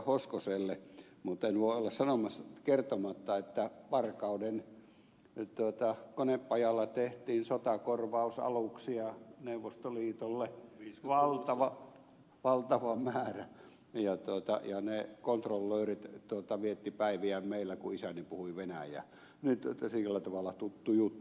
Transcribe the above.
hoskoselle mutten voi olla kertomatta että varkauden konepajalla tehtiin sotakorvausaluksia neuvostoliitolle valtava määrä ja ne kontrollöörit viettivät päiviään meillä kun isäni puhui venäjää että sillä tavalla tuttu juttu